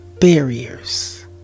barriers